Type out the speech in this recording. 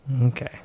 Okay